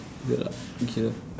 ya okay